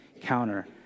counter